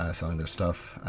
ah selling their stuff.